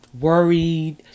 worried